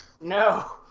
No